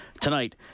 tonight